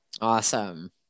Awesome